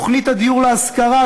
תוכנית הדיור להשכרה,